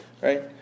Right